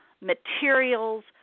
materials